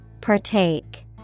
Partake